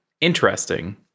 interesting